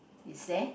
is there